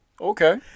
okay